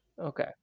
Okay